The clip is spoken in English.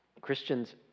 Christians